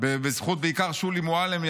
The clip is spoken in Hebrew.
בעיקר בזכות שולי מועלם,